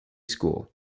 school